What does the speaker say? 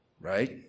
Right